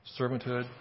Servanthood